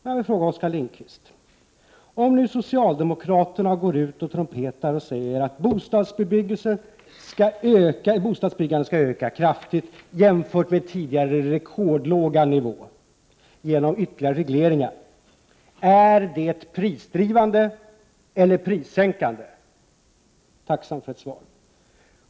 Jag vill fråga Oskar Lindkvist: Om nu socialdemokraterna trumpetar ut att bostadsbyggandet skall öka kraftigt, jämfört med tidigare låga nivå, genom ytterligare regleringar, är det prisuppdrivande eller prissänkande? Tacksam 75 för ett svar.